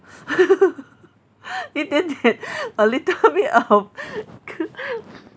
一点点 a little bit of